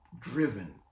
driven